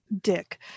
dick